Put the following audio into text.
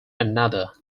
another